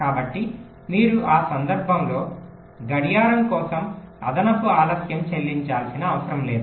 కాబట్టి మీరు ఆ సందర్భంలో గడియారం కోసం అదనపు ఆలస్యం చెల్లించాల్సిన అవసరం లేదు